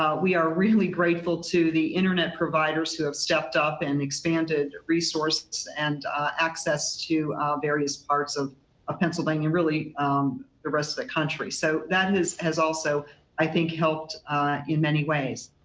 um we are really grateful to the internet providers who have stepped up and expanded resources and access to various parts of pennsylvania and really the rest of the country. so that and has has also i think helped in many ways.